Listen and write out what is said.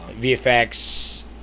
VFX